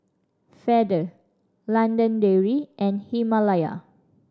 Feather London Dairy and Himalaya